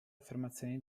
affermazioni